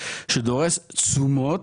שדורש תשומות,